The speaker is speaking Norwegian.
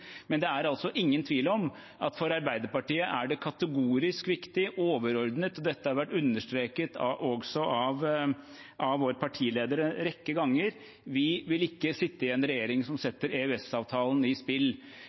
Men det er ingen tvil om at for Arbeiderpartiet er det kategorisk viktig og overordnet – dette har vært understreket også av vår partileder en rekke ganger – at vi vil ikke sitte i en regjering som setter EØS-avtalen i spill.